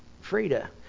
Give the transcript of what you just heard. Frida